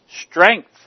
strength